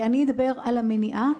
אני אדבר על המניעה,